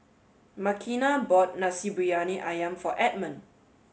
Makena bought Nasi Briyani Ayam for Edmond